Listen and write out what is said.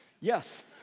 Yes